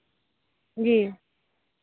जी